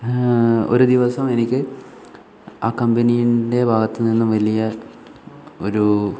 ഒരു ദിവസം എനിക്ക് ആ കമ്പനീൻ്റെ ഭാഗത്തു നിന്നും വലിയ ഒരൂ